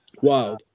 Wow